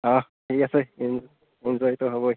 অ' ঠিক আছে হ'বই